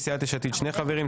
סיעת יש עתיד שני חברים,